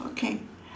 okay